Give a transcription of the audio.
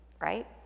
right